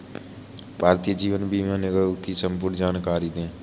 भारतीय जीवन बीमा निगम की संपूर्ण जानकारी दें?